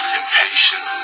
impatient